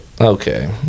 Okay